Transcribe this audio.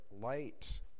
light